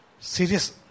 serious